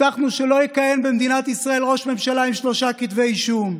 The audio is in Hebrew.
הבטחנו שלא יתקיים במדינת ישראל ראש ממשלה עם שלושה כתבי אישום,